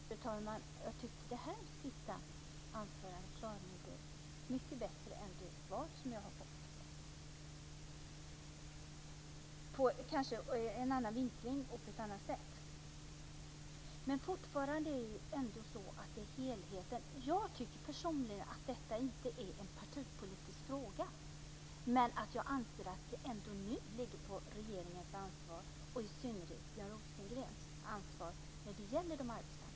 Fru talman! Jag tycker att detta sista anförande klargjorde mycket bättre och gav en annan vinkling än det svar jag fått. Men fortfarande handlar det om helheten. Jag tycker personligen att detta inte är en partipolitisk fråga, men jag anser ändå att de arbetshandikappade och Samhall nu är regeringens ansvar, och i synnerhet Björn Rosengrens.